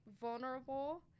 vulnerable